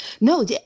No